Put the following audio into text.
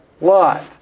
Lot